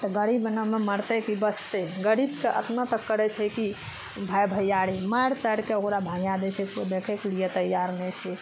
तऽ गरीब एनामे मरतै कि बचतै गरीबके अपना तक करै छै कि भाइ भैयारी मारि तारि कऽ ओकरा भैया दै छै देखैके लिए तैयार नहि छै